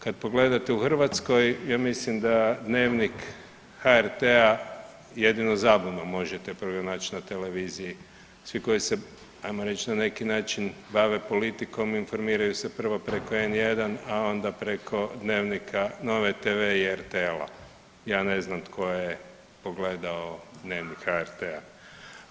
Kad pogledate u Hrvatskoj, ja mislim da dnevnik HRT-a jedino zabunom možete pronaći na televiziji, svi koji se, ajmo reći na neki način bave politikom, informiraju se prvo preko N1, a onda preko dnevnika Nove i RTL-a, ja ne znam tko je pogledao dnevnik HRT-a.